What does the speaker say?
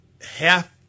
half